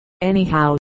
Anyhow